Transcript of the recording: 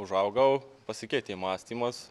užaugau pasikeitė mąstymas